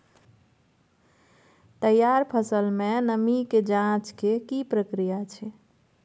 तैयार फसल में नमी के ज जॉंच के की प्रक्रिया छै?